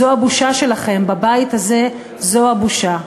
זו הבושה שלכם בבית הזה, זו הבושה.